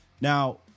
Now